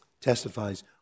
testifies